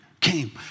came